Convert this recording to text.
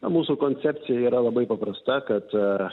mūsų koncepcija yra labai paprasta kad